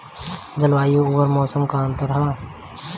जलवायु अउर मौसम में का अंतर ह?